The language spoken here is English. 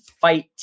Fight